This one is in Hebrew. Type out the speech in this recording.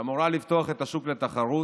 שאמורה לפתוח את השוק לתחרות.